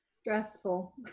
stressful